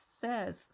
says